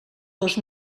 dos